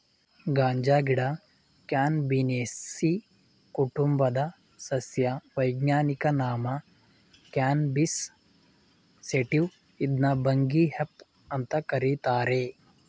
ಗಾಂಜಾಗಿಡ Cannabinaceae ಕುಟುಂಬದ ಸಸ್ಯ ವೈಜ್ಞಾನಿಕ ನಾಮ ಕ್ಯಾನಬಿಸ್ ಸೇಟಿವ ಇದ್ನ ಭಂಗಿ ಹೆಂಪ್ ಅಂತ ಕರೀತಾರೆ